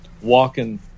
walking